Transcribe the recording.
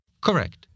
Correct